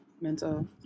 mental